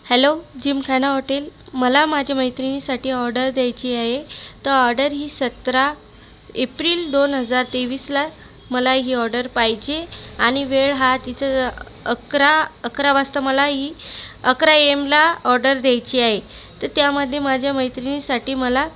hello Gymkhana hotel मला माझ्या मैत्रिणीसाठी ऑर्डर द्यायची आहे तर ऑर्डर ही सतरा एप्रिल दोन हजार तेवीसला मला ही ऑर्डर पाहिजे आणि वेळ हा तिचा अकरा अकरा वाजता मला ही अकरा एएमला ऑर्डर द्यायची आहे तर त्यामध्ये माझ्या मैत्रिणीसाठी मला